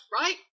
Right